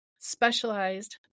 specialized